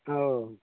ᱦᱳᱭ